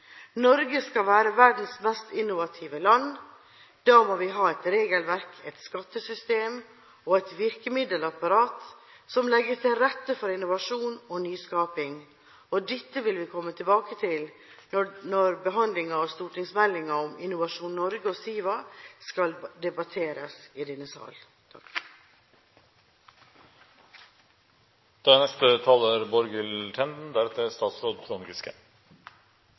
Norge skal være verdens mest innovative land. Da må vi ha et regelverk, et skattesystem og et virkemiddelapparat som legger til rette for innovasjon og nyskaping. Dette vil vi komme tilbake til når behandlingen av stortingsmeldingen om Innovasjon Norge og SIVA skal debatteres i denne sal.